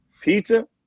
Pizza